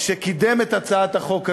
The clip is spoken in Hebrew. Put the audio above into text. שקידם את הצעת החוק הזאת,